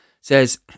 says